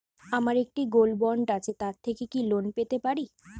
আমার একটি gold bond আছে তার থেকে কি লোন পেতে পারি?